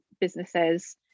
businesses